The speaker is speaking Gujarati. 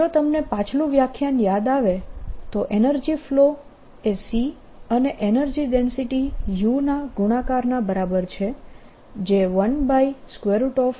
જો તમને પાછલું વ્યાખ્યાન યાદ આવે તો એનર્જી ફ્લો એ c અને એનર્જી ડેન્સિટી u ના ગુણાકારના બરાબર છે